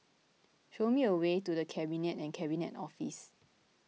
show me the way to the Cabinet and Cabinet Office